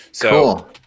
Cool